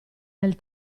nel